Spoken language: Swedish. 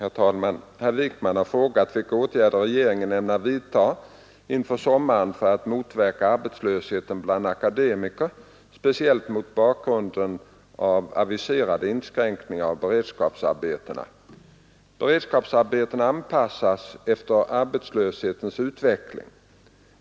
Herr talman! Herr Wijkman har frågat vilka åtgärder regeringen ämnar vidta inför sommaren för att motverka arbetslöshet bland akademiker, speciellt mot bakgrund av aviserade inskränkningar av beredskapsarbetena. Beredskapsarbetena anpassas efter arbetslöshetens utveckling.